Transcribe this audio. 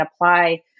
apply